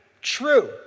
true